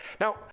now